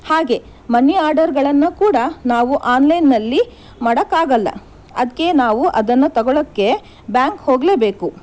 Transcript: ಹಾಗೆ ಮನಿ ಆರ್ಡರ್ಗಳನ್ನು ಕೂಡ ನಾವು ಆನ್ಲೈನ್ನಲ್ಲಿ ಮಾಡೋಕ್ಕಾಗಲ್ಲ ಅದಕ್ಕೆ ನಾವು ಅದನ್ನು ತಗೊಳಕ್ಕೆ ಬ್ಯಾಂಕ್ ಹೋಗಲೇಬೇಕು